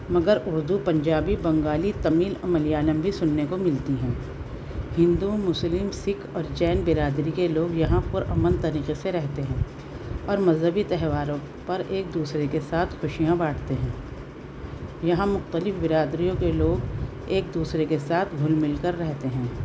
مگر اردو پنجابی بنگالی تمل اور ملیالم بھی سننے کو ملتی ہیں ہندو مسلم سکھ اور جین برادری کے لوگ یہاں پر امن طریقے سے رہتے ہیں اور مذہبی تہواروں پر ایک دوسرے کے ساتھ خوشیاں بانٹتے ہیں یہاں مختلف برادریوں کے لوگ ایک دوسرے کے ساتھ گھل مل کر رہتے ہیں